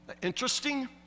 Interesting